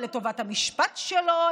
לטובת המשפט שלו,